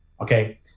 okay